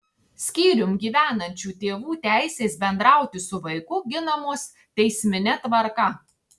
skyrium gyvenančių tėvų teisės bendrauti su vaiku ginamos teismine tvarka